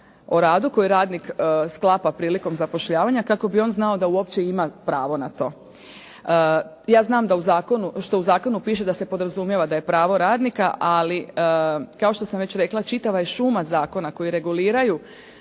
o radu koji radnik sklapa prilikom zapošljavanja kako bi on znao da uopće ima pravo na to. Ja znam da u zakonu, što u zakonu piše da se podrazumijeva da je pravo radnika. Ali kao što sam već rekla čitava je šuma zakona koji reguliraju